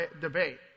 debate